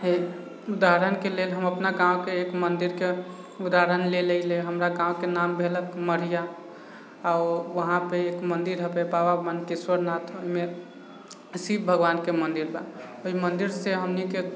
हइ लेकिन उदाहरणके लेल हम अपना गाँवके एक मन्दिरके उदाहरण लै लइले हमरा गाँवके नाम भेलक कमरिया आओर वहाँपर एक मन्दिर हइके बाबाके मनकेश्वरनाथ ओहिमे शिव भगवानके मन्दिर बा ओहि मन्दिरसँ हमनीके